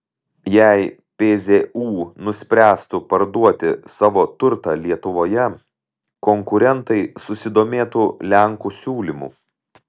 jei pzu nuspręstų parduoti savo turtą lietuvoje konkurentai susidomėtų lenkų siūlymu